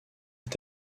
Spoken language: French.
est